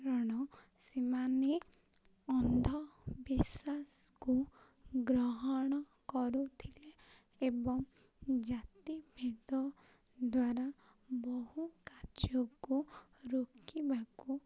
କାରଣ ସେମାନେ ଅନ୍ଧବିଶ୍ୱାସକୁ ଗ୍ରହଣ କରୁଥିଲେ ଏବଂ ଜାତିଭେଦ ଦ୍ୱାରା ବହୁ କାର୍ଯ୍ୟକୁ ରୋକିବାକୁ